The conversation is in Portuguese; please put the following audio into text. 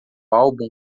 álbum